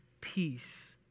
peace